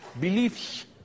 beliefs